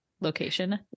location